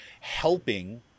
helping